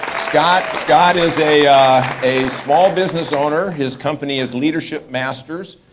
scott scott is a a small business owner. his company is leadership masters.